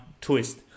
twist